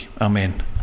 Amen